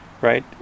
right